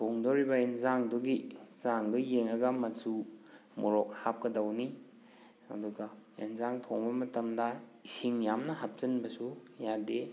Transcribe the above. ꯊꯣꯡꯗꯧꯔꯤꯕ ꯍꯤꯟꯖꯥꯡꯗꯨꯒꯤ ꯆꯥꯡꯗꯣ ꯌꯦꯡꯉꯒ ꯃꯆꯨ ꯃꯣꯔꯣꯛ ꯍꯥꯞꯀꯗꯧꯅꯤ ꯑꯗꯨꯒ ꯏꯟꯖꯥꯡ ꯊꯣꯡꯕ ꯃꯇꯝꯗ ꯏꯁꯤꯡ ꯌꯥꯝꯅ ꯍꯥꯞꯆꯟꯕꯁꯨ ꯌꯥꯗꯦ